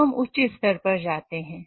अब हम उच्च स्तर पर जाते हैं